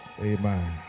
Amen